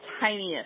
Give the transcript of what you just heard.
tiniest